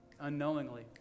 unknowingly